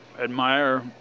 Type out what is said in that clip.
admire